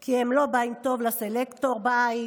כי הם לא באים טוב לסלקטור בעין.